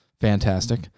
Fantastic